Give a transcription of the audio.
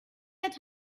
that